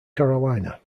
carolina